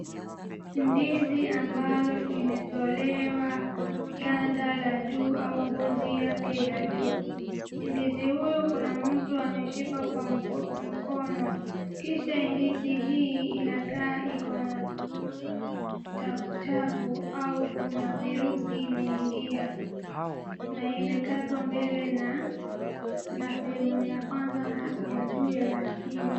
Ndizi ambalo imetolewa ganda la juu au ngozi yake ya juu. Ndizi huyu kuna mtu ameshika kwa mkono, kisha ndizi hii inakaa ikona chafuchafu au kuna virusi vimeingia na imekatwa mbele na sehemu ya kwanza na ya juu na ya chini.